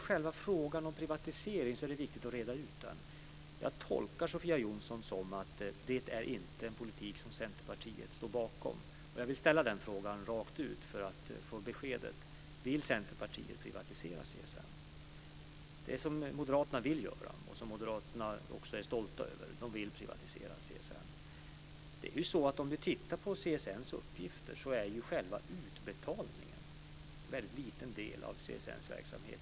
Själva frågan om privatisering är det viktigt att reda ut. Jag tolkar Sofia Jonsson så att det inte är en politik som Centerpartiet står bakom men vill fråga rakt ut för att få besked: Vill Centerpartiet privatisera CSN - något som Moderaterna vill göra och som Moderaterna också är stolta över, för de vill privatisera CSN? Om man tittar närmare på CSN:s uppgifter finner man att själva utbetalningen är en väldigt liten del av CSN:s verksamhet.